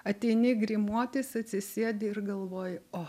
ateini grimuotis atsisėdi ir galvoji o